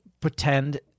pretend